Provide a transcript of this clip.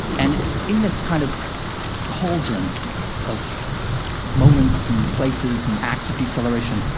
and, in this kind of cauldron of moments and places and acts of deceleration,